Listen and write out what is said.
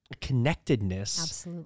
connectedness